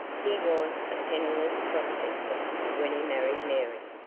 he was a penniless prospector when he married mary,